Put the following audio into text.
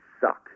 suck